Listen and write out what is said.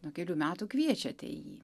nuo kelių metų kviečiate į